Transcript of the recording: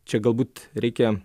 čia galbūt reikia